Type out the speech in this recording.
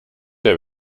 der